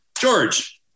George